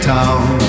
town